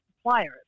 suppliers